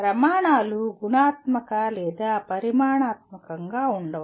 ప్రమాణాలు గుణాత్మక లేదా పరిమాణాత్మకంగా ఉండవచ్చు